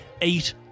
eight